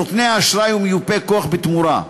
נותני האשראי ומיופי כוח בתמורה,